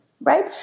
right